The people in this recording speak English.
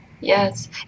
Yes